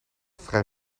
vrij